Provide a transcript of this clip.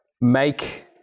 make